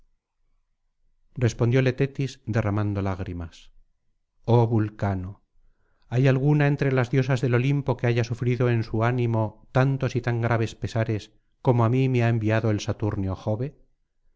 respondióle tetis derramando lágrimas oh vulcano hay alguna entre las diosas del olimpo que haya sufrido en su ánimo tantos y tan graves pesares como á mí me ha enviado el saturnio jove